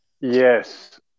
Yes